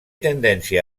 tendència